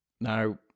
Now